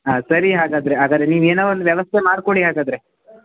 ಹಾಂ ಸರಿ ಹಾಗಾದರೆ ಹಾಗಾದ್ರೆ ನೀವು ಏನೋ ಒಂದು ವ್ಯವಸ್ಥೆ ಮಾಡಿಕೊಡಿ ಹಾಗಾದರೆ